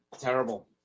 Terrible